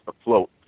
afloat